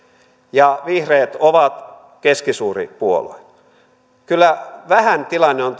ja vihreät ovat keskisuuri puolue kyllä tilanne on